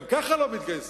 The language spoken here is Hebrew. גם ככה לא מתגייסים.